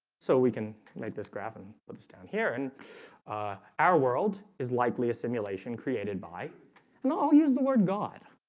so we can make this graph and put this down here and our world is likely a simulation created by no use the word. god.